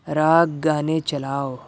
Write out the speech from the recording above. راگ گانے چلاؤ